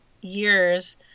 years